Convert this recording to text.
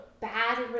Bad